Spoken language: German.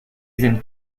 sind